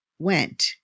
went